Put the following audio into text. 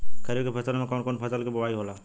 खरीफ की फसल में कौन कौन फसल के बोवाई होखेला?